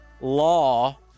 law